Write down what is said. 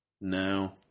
no